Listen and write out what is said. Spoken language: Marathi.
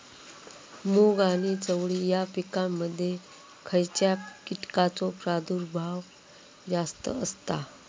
मूग आणि चवळी या पिकांमध्ये खैयच्या कीटकांचो प्रभाव जास्त असता?